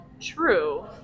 True